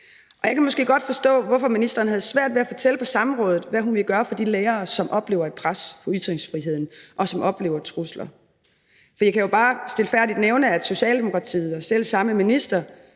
Jeg kan måske godt forstå, hvorfor ministeren havde svært ved at fortælle på samrådet, hvad hun vil gøre for de lærere, som oplever et pres på ytringsfriheden, og som oplever trusler. Det kan jo bare stilfærdigt nævnes, at Socialdemokratiet og selv samme minister